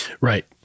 Right